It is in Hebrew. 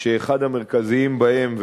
שאחד המרכזיים בהם,